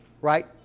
right